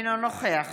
אינו נוכח